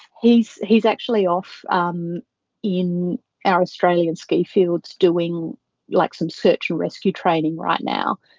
he's. he's actually off um in our australian ski fields doing like some search and rescue training right now.